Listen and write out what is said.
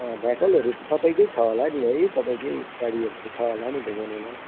भेकलहरू त तपाईँकै छ होला नि है तपाईँकै गाडीहरू त छ होला नि घुमाउनुलाई